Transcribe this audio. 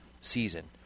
season